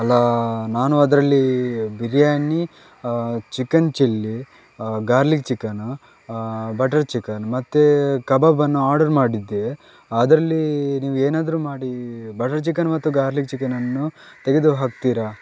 ಅಲ್ಲ ನಾನು ಅದರಲ್ಲಿ biryani chicken chilli garlic chicken butter chicken ಮತ್ತು ಕಬಾಬನ್ನು ಆರ್ಡರ್ ಮಾಡಿದ್ದೆ ಅದರಲ್ಲಿ ನೀವೇನಾದರೂ ಮಾಡಿ ಬಟರ್ ಚಿಕನ್ ಮತ್ತು ಗಾರ್ಲಿಕ್ ಚಿಕನನ್ನು ತೆಗೆದು ಹಾಕ್ತಿರಾ